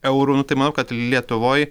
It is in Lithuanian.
eurų tai manau kad lietuvoj